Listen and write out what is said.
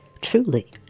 truly